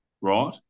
Right